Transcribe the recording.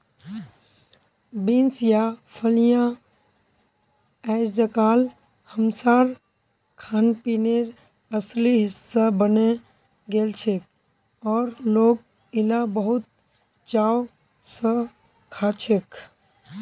beans या फलियां अइजकाल हमसार खानपीनेर असली हिस्सा बने गेलछेक और लोक इला बहुत चाव स खाछेक